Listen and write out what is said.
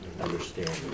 understanding